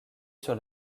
sur